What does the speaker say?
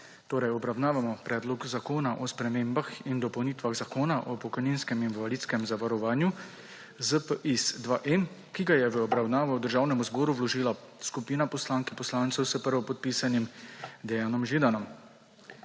Obravnavamo Predlog zakona o spremembah in dopolnitvah Zakona o pokojninskem in invalidskem zavarovanju, ZPIZ-2M, ki ga je v obravnavo Državnemu zboru vložila skupina poslank in poslancev s prvopodpisanim Dejanom Židanom.